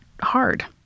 hard